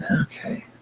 Okay